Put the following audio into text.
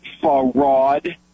fraud